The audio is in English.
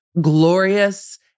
glorious